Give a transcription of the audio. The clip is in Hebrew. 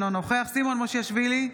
אינו נוכח סימון מושיאשוילי,